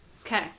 Okay